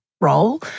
role